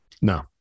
No